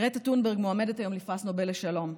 גרטה טונברג מועמדת היום לפרס נובל לשלום,